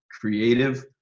creative